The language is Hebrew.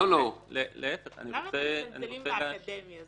למה אתם מזלזלים באקדמי?